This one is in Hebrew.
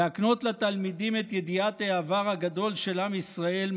להקנות לתלמידים את ידיעת העבר הגדול של עם ישראל.